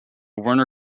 werner